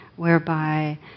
whereby